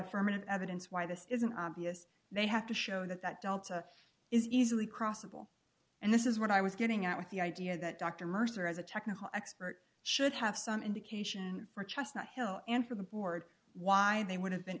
affirmative evidence why this isn't obvious they have to show that that delta is easily crossable and this is what i was getting at with the idea that dr mercer as a technical expert should have some indication for chestnut hill and for the board why they would have been